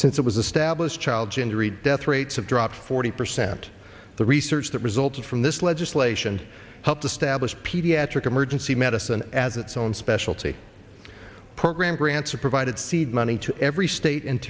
since it was established child gingery death rates have dropped forty percent the research that resulted from this legislation helped dabbas pediatric emergency medicine as its own specialty program grants are provided seed money to every state and